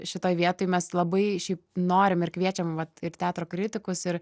šitoj vietoj mes labai šiaip norim ir kviečiam vat ir teatro kritikus ir